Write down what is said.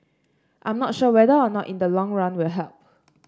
I'm not sure whether or not in the long run will help